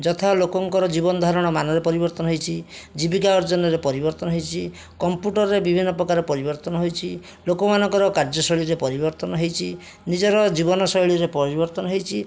ଯଥା ଲୋକଙ୍କର ଜୀବନଧାରଣ ମାନର ପରିବର୍ତ୍ତନ ହେଇଛି ଜୀବିକା ଅର୍ଜନରେ ପରିବର୍ତ୍ତନ ହେଇଛି କମ୍ପୁଟରରେ ବିଭିନ୍ନପ୍ରକାର ପରିବର୍ତ୍ତନ ହୋଇଛି ଲୋକମାନଙ୍କର କାର୍ଯ୍ୟଶୈଳୀରେ ପରିବର୍ତ୍ତନ ହେଇଛି ନିଜର ଜୀବନଶୈଳୀରେ ପରିବର୍ତ୍ତନ ହେଇଛି